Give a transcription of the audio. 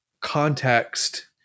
context